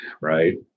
right